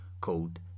called